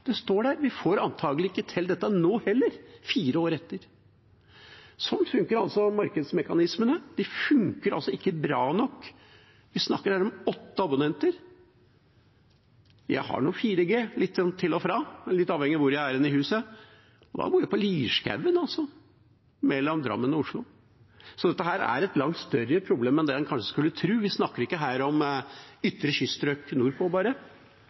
det står der, vi får antakelig ikke til dette nå heller, fire år etter. Sånn funker altså markedsmekanismene – de funker ikke bra nok. Vi snakker her om åtte abonnenter. Jeg har 4G, litt til og fra, litt avhengig av hvor hen jeg er i huset – og jeg bor altså på Lierskogen, mellom Drammen og Oslo. Så dette er et langt større problem enn det en kanskje skulle tro. Vi snakker ikke her om bare ytre kyststrøk nordpå. Det er ganske tett inntil urbane strøk på Østlandet. Så jeg håper bare